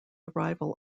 arrival